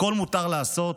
הכול מותר לעשות?